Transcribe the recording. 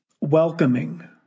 welcoming